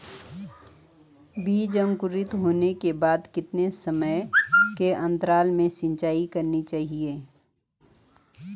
बीज अंकुरित होने के बाद कितने समय के अंतराल में सिंचाई करनी चाहिए?